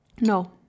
no